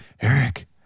eric